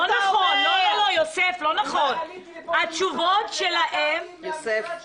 לכן עליתי ממשרד שלי.